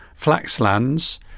Flaxlands